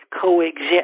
coexist